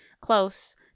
close